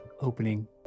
opening